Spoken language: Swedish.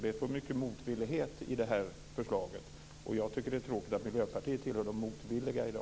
Det är så mycket motvillighet i förslaget. Miljöpartiet tillhör i dag de motvilliga.